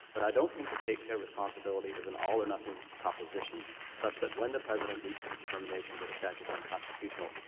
but i don't think the take-care responsibility is an all or nothing proposition such that when the president reaches a determination that a statute is unconstitutional,